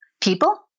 people